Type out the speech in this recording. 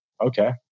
Okay